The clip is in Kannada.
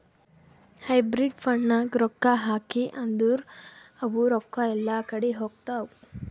ಹೈಬ್ರಿಡ್ ಫಂಡ್ನಾಗ್ ರೊಕ್ಕಾ ಹಾಕಿ ಅಂದುರ್ ಅವು ರೊಕ್ಕಾ ಎಲ್ಲಾ ಕಡಿ ಹೋತ್ತಾವ್